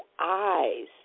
eyes